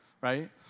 right